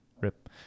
Rip